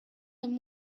and